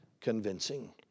convincing